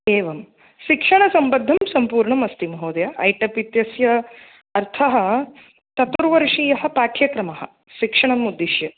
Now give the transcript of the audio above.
एवं शिक्षणसम्बद्धं सम्पूर्णम् अस्ति महोदय ऐटप् इत्यस्य अर्थः चतुर्वर्षीयः पाठ्यक्रमः शिक्षणम् उद्दिश्य